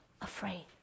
afraid